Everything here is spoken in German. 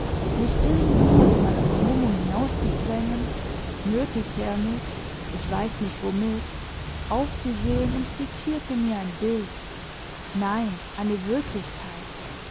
mich irgendwie aus meiner vermummung hinauszuzwängen nötigte er mich ich weiß nicht womit aufzusehen und diktierte mir ein bild nein eine wirklichkeit